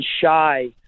Shy